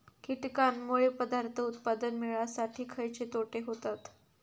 कीटकांनमुळे पदार्थ उत्पादन मिळासाठी खयचे तोटे होतत?